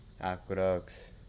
Aqueducts